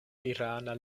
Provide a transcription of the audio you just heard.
irana